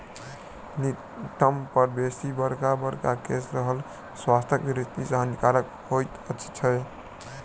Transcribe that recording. नितंब पर बेसी बड़का बड़का केश रहब स्वास्थ्यक दृष्टि सॅ हानिकारक होइत छै